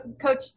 coach